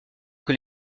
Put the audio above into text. que